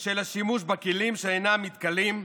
של השימוש בכלים שאינם מתכלים,